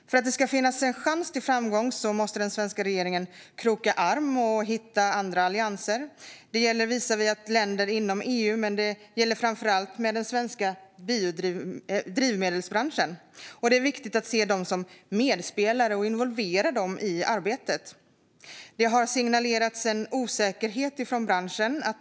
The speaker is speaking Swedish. För att det ska finnas en chans till framgång måste den svenska regeringen kroka arm med andra och hitta allianser. Det gäller visavi länder inom EU, men det gäller framför allt i fråga om den svenska drivmedelsbranschen. Det är viktigt att se dem som medspelare och att involvera dem i arbetet. Det har signalerats en osäkerhet från branschen.